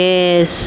Yes